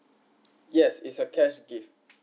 yes it's a cash gift